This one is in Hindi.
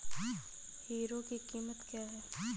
हीरो की कीमत क्या है?